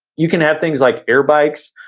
you can have things like air bikes,